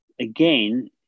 again